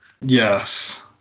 Yes